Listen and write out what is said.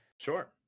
Sure